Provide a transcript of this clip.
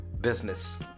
business